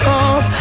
off